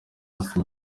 hafi